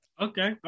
Okay